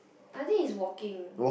I think he's walking